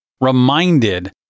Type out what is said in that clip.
reminded